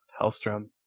Hellstrom